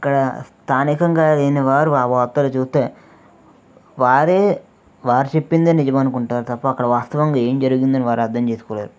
అక్కడ స్థానికంగా లేనివారు ఆ వార్తలు చూస్తే వారే వారు చెప్పిందే నిజమని అనుకుంటారు తప్ప అక్కడ వాస్తవంగా ఏం జరిగిందని వారు అర్థం చేసుకోలేరు